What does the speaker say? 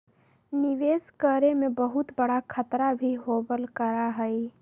निवेश करे में बहुत बडा खतरा भी होबल करा हई